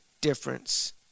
difference